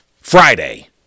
friday